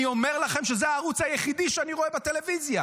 אני אומר לכם שזה הערוץ היחידי שאני רואה בטלוויזיה.